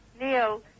Neil